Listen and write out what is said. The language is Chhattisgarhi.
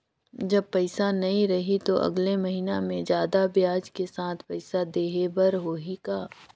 जब पइसा नहीं रही तो अगले महीना मे जादा ब्याज के साथ पइसा देहे बर होहि का?